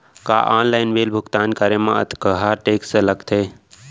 का online bill भुगतान करे मा अक्तहा टेक्स लगथे?